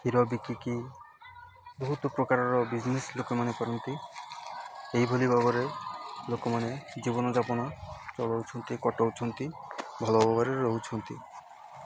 କ୍ଷୀର ବିକିକି ବହୁତ ପ୍ରକାରର ବିଜନେସ୍ ଲୋକମାନେ କରନ୍ତି ଏହିଭଳି ଭାବରେ ଲୋକମାନେ ଜୀବନଯାପନ ଚଳଉଛନ୍ତି କଟଉଛନ୍ତି ଭଲ ଭାବରେ ରହୁଛନ୍ତି